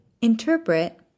interpret